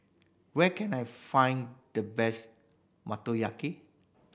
where can I find the best Motoyaki